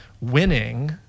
winning